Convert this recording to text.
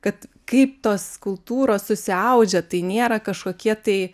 kad kaip tos kultūros susiaudžia tai nėra kažkokie tai